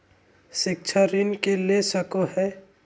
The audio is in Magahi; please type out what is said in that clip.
शिक्षा ऋण के ले सको है?